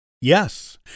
Yes